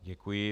Děkuji.